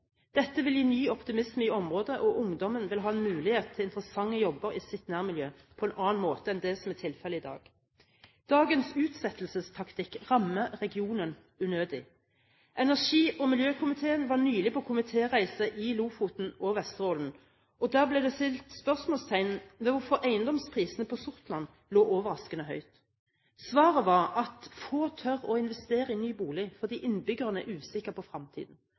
Dette vil gi ny optimisme i området, og ungdommen vil ha mulighet til interessante jobber i sitt nærmiljø på en annen måte enn det som er tilfellet i dag. Dagens utsettelsestaktikk rammer regionen unødig. Energi- og miljøkomiteen var nylig på komitéreise i Lofoten og Vesterålen. Der ble det stilt spørsmål om hvorfor eiendomsprisene på Sortland lå overraskende høyt. Svaret var at få tør å investere i ny bolig fordi innbyggerne er usikre på